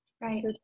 Right